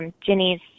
Jenny's